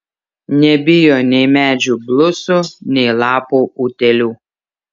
nebijo nei medžių blusų nei lapų utėlių